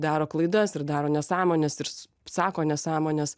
daro klaidas ir daro nesąmones ir sako nesąmones